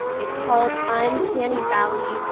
it's called uncanny valley.